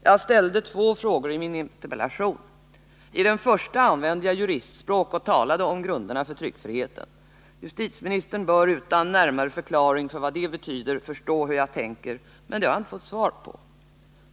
Jag ställde två frågor i min interpellation. I den första använde jag juristspråk och talade om grunderna för tryckfriheten. Justitieministern bör utan närmare förklaring av vad det betyder förstå hur jag tänker, men jag har inte fått något svar.